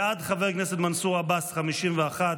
בעד חבר הכנסת מנסור עבאס, 51,